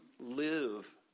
live